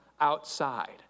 outside